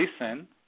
listen